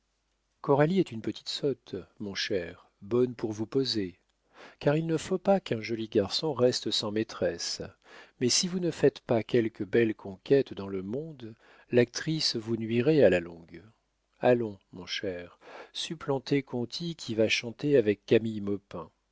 long-temps coralie est une petite sotte mon cher bonne pour vous poser car il ne faut pas qu'un joli garçon reste sans maîtresse mais si vous ne faites pas quelque belle conquête dans le monde l'actrice vous nuirait à la longue allons mon cher supplantez conti qui va chanter avec